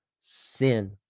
sin